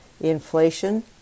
inflation